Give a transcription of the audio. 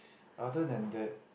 other than that